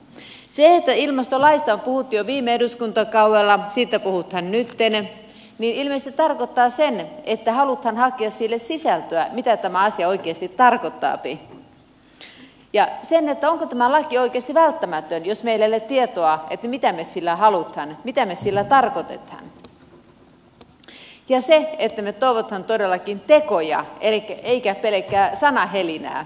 se että ilmastolaista on puhuttu jo viime eduskuntakaudella ja siitä puhutaan nytten ilmeisesti tarkoittaa että halutaan hakea sisältöä sille mitä tämä asia oikeasti tarkoittaapi ja onko tämä laki oikeasti välttämätön jos meillä ei ole tietoa mitä me sillä haluamme ja mitä me sillä tarkoitamme ja että me toivomme todellakin tekoja emmekä pelkkää sanahelinää